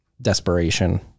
desperation